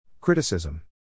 Criticism